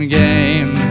game